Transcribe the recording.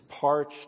parched